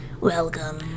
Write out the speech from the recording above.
Welcome